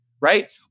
right